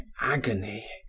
agony